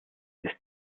ist